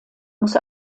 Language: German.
muss